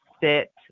sit